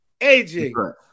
AJ